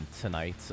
tonight